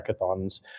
hackathons